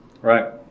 Right